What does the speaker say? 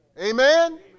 Amen